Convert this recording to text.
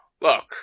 Look